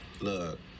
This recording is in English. Look